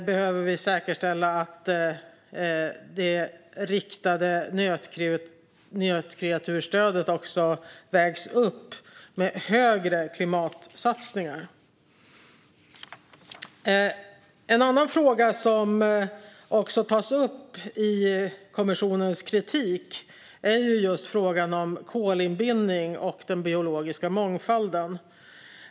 Behöver vi säkerställa att det riktade nötkreatursstödet också vägs upp med större klimatsatsningar? En annan fråga som också tas upp i kommissionens kritik är just frågan om kolinbindning och den biologiska mångfalden.